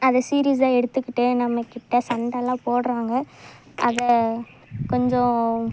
அதை சீரியஸ்ஸாக எடுத்துக்கிட்டு நம்ம கிட்ட சண்டைலாம் போடுறாங்க அதை கொஞ்சம்